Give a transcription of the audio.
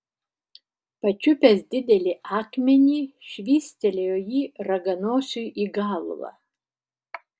pačiupęs didelį akmenį švystelėjo jį raganosiui į galvą